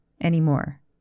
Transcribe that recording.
anymore